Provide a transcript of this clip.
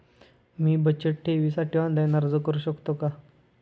मी बचत ठेवीसाठी ऑनलाइन अर्ज करू शकतो का?